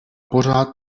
pořád